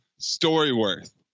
StoryWorth